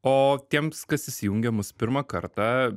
o tiems kas įsijungia mus pirmą kartą